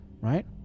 right